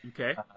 Okay